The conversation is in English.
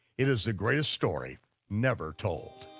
it is the greatest story never told.